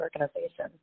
organization